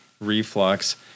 reflux